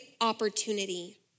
opportunity